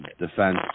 defense